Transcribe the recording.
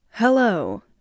Hello